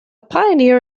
pioneer